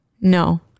No